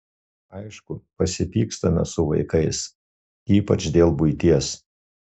aišku pasipykstame su vaikais ypač dėl buities